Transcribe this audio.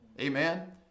Amen